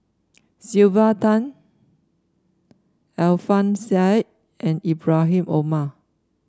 Sylvia Tan Alfian Sa'at and Ibrahim Omar